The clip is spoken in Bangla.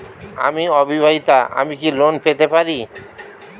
আমি অবিবাহিতা আমি কি লোন পেতে পারি?